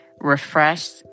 refreshed